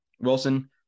Wilson